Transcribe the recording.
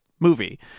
Movie